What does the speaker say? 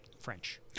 French